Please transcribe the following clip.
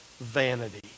vanity